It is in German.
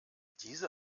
diese